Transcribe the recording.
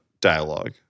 dialogue